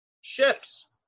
ships